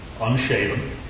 unshaven